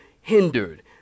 hindered